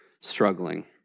struggling